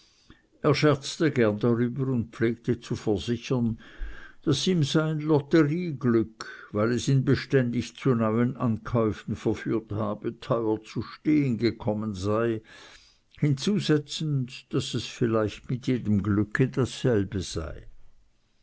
er scherzte gern darüber und pflegte zu versichern daß ihm sein lotterieglück weil es ihn zu beständig neuen ankäufen verführt habe teuer zu stehn gekommen sei hinzusetzend daß es vielleicht mit jedem glücke dasselbe sei